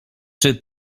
czy